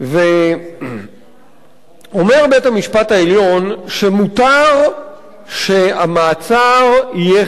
אומר בית-המשפט העליון שמותר שהמעצר יהיה חלק